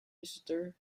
visitor